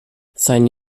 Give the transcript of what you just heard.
seine